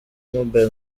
mobile